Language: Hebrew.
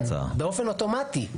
זה באופן אוטומטי.